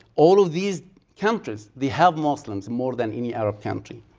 all of these countries, they have muslims, more than any arab country.